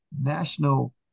National